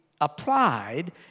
applied